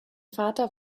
vater